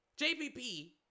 JPP